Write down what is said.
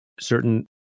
certain